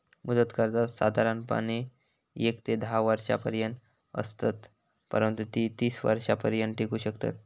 मुदत कर्जा साधारणपणे येक ते धा वर्षांपर्यंत असत, परंतु ती तीस वर्षांपर्यंत टिकू शकतत